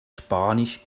spanisch